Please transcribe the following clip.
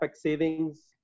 savings